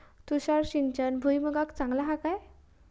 तुषार सिंचन भुईमुगाक चांगला हा काय?